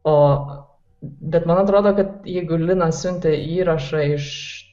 o bet man atrodo kad jeigu lina siuntė įrašą iš